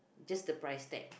just the price tag